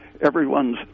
everyone's